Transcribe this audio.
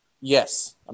yes